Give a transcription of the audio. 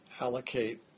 allocate